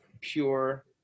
pure